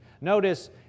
notice